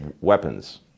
Weapons